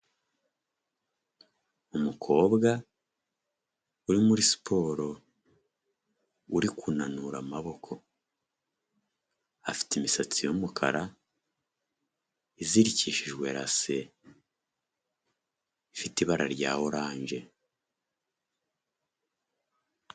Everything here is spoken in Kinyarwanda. Umukobwa uri muri siporo, uri kunanura amaboko afite imisatsi y'umukara, izirikishijwe lase ifite ibara rya oranje.